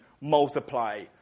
multiply